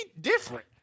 different